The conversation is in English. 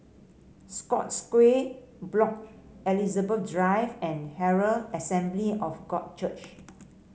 Scotts Square Block Elizabeth Drive and Herald Assembly of God Church